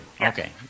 Okay